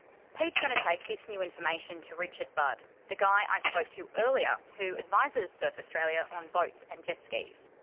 pete's going to take this new information to richard budd the guy i spoke to earlier who advises surf australia on boats and jetskis.